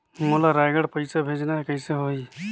मोला रायगढ़ पइसा भेजना हैं, कइसे होही?